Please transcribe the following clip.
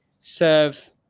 serve